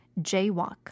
jaywalk